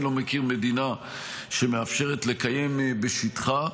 אני לא מכיר מדינה שמאפשרת לקיים בשטחה,